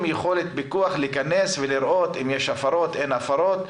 יכולת פיקוח להיכנס ולראות אם יש או אין הפרות.